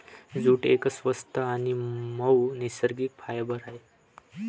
jute एक स्वस्त आणि मऊ नैसर्गिक फायबर आहे